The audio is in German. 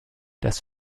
das